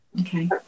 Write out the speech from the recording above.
Okay